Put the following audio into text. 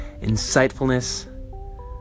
insightfulness